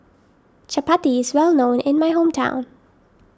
Chapati is well known in my hometown